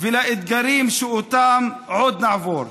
ולאתגרים שאותם עוד נעבור.